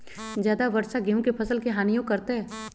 ज्यादा वर्षा गेंहू के फसल के हानियों करतै?